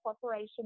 corporation